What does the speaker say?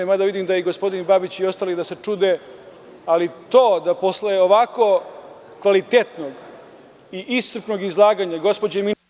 Mada, vidim da se i gospodin Babić i ostali čude, ali to da posle ovako kvalitetnog i iscrpnog izlaganja gospođe ministarke…